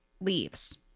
leaves